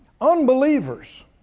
unbelievers